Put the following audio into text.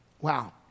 Wow